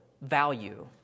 value